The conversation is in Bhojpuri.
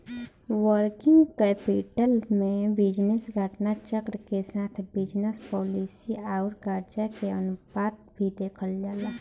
वर्किंग कैपिटल में बिजनेस घटना चक्र के साथ बिजनस पॉलिसी आउर करजा के अनुपात भी देखल जाला